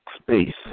space